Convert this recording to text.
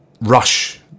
rush